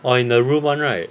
orh in the room one right